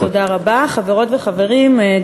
חברות וחברים,